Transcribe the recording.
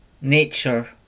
nature